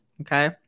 Okay